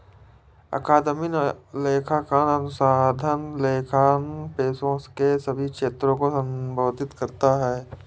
अकादमिक लेखांकन अनुसंधान लेखांकन पेशे के सभी क्षेत्रों को संबोधित करता है